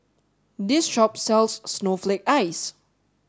this shop sells snowflake ice